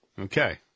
Okay